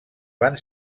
van